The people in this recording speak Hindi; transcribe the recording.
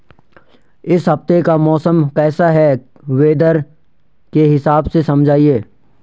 इस हफ्ते का मौसम कैसा है वेदर के हिसाब से समझाइए?